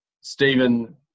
Stephen